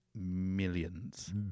millions